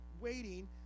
waiting—